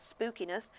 spookiness